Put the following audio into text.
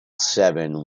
seven